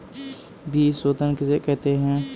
बीज शोधन किसे कहते हैं?